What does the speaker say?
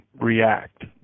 react